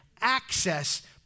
access